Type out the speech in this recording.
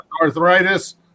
arthritis